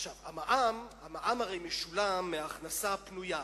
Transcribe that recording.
המע"מ הרי משולם מהכנסה פנויה,